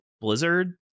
Blizzard